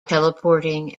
teleporting